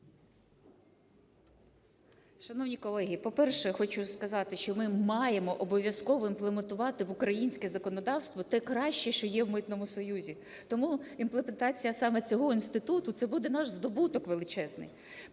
Шановні колеги! По-перше, хочу сказати, що ми маємо обов'язково імплементувати в українське законодавство те краще, що є в Митному союзі. Тому імплементація саме цього інституту – це буде наш здобуток величезний.